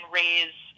raise